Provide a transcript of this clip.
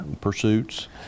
Pursuits